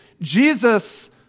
Jesus